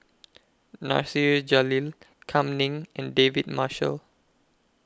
Nasir Jalil Kam Ning and David Marshall